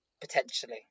potentially